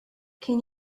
can